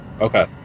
Okay